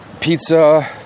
pizza